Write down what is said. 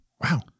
Wow